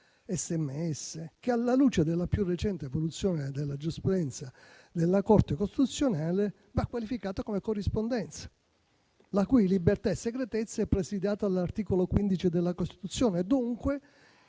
sms - che, alla luce della più recente evoluzione della giurisprudenza della Corte costituzionale, va qualificata come corrispondenza la cui libertà e segretezza è presidiata all'articolo 15 della Costituzione. Dunque